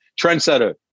Trendsetter